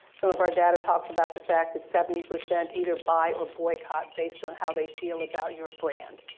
some of our data talks about the fact that seventy percent either buy or boycott based on how they feel about your brand.